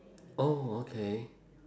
oh okay